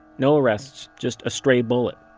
no arrests. just a stray bullet.